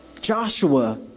Joshua